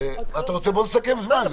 אתה רוצה, נסכם זמן.